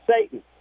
Satan